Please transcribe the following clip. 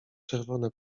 czerwone